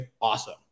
awesome